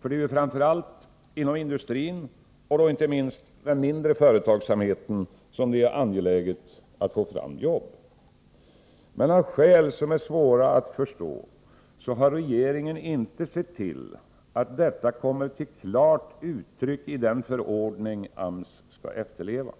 För det är ju framför allt inom industrin och då inte minst den mindre företagsamheten som det är angeläget att få fram jobb. Men av skäl som är svåra att förstå har regeringen inte sett till att detta kommer till klart uttryck i den förordning AMS skall efterleva.